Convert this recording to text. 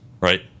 right